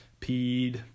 Peed